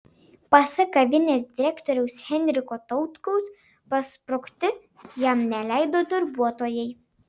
pasak kavinės direktoriaus henriko tautkaus pasprukti jam neleido darbuotojai